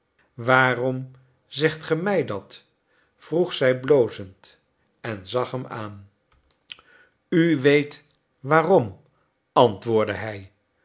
waarom zegt ge mij dat vroeg zij blozend en zag hem aan u weet waarom antwoordde hij